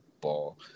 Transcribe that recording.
ball